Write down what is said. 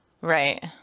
Right